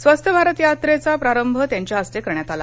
स्वस्थ भारत यात्रेचा प्रारंभ त्यांच्या हस्ते करण्यात आला